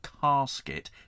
casket